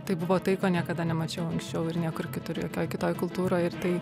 tai buvo tai ko niekada nemačiau anksčiau ir niekur kitur jokioj kitoj kultūroj ir tai